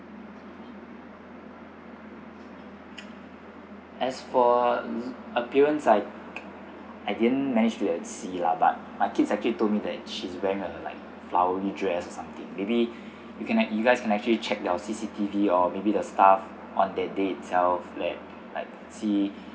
as for appearance I I didn't manage to see lah but my kids actually told me that she's wearing a like flowery dress or something maybe you can like you guys can actually check your C_C_T_V or maybe the staff on that day itself let like see